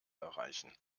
erreichen